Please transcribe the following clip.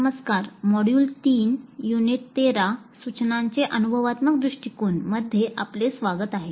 नमस्कार module 3 unit 13 सूचनांचे अनुभवात्मक दृष्टिकोन यामध्ये आपले स्वागत आहे